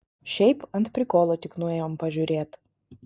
šiaip ant prikolo tik nuėjom pažiūrėt